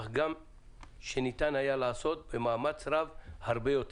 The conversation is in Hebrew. אך גם שניתן היה לעשות מאמץ רב הרבה יותר,